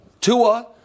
Tua